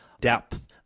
depth